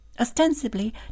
ostensibly